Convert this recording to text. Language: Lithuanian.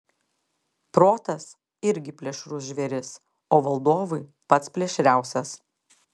protas irgi plėšrus žvėris o valdovui pats plėšriausias